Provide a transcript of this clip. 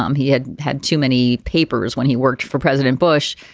um he had had too many papers when he worked for president bush.